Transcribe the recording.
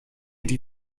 die